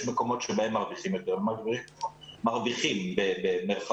יש מקומות שבהם מרוויחים יותר, מרוויחים במירכאות.